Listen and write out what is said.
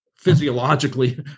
physiologically